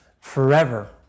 forever